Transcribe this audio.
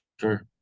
sure